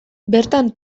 bertan